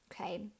Okay